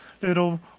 little